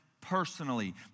personally